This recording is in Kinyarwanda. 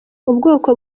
ubwoko